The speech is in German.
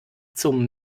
zum